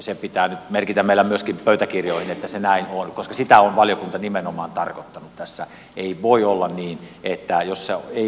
se pitää merkitä meillä myöskin pöytäkirjoihin että se näin on koska sitä on valiokunta nimenomaan tarkoittanut tässä ei voi olla että ajossa ei